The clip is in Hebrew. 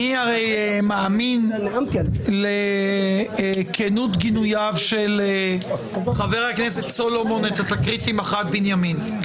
אני מאמין לכנות גינוייו של חבר הכנסת סלומון לתקרית עם מח"ט בנימין.